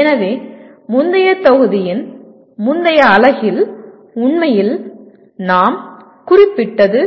எனவே முந்தைய தொகுதியின் முந்தைய அலகில் உண்மையில் நாம் குறிப்பிட்டது